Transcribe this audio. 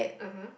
(uh huh)